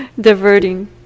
diverting